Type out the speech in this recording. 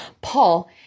Paul